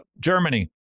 Germany